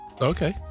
Okay